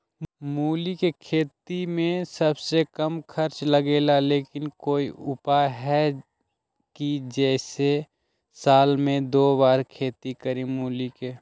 मूली के खेती में सबसे कम खर्च लगेला लेकिन कोई उपाय है कि जेसे साल में दो बार खेती करी मूली के?